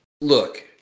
look